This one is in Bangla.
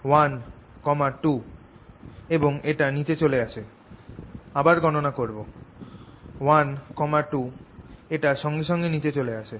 12 এবং এটা নিচে চলে আসে আবার গণনা করব 12 - এটা সঙ্গে সঙ্গে নিচে চলে আসে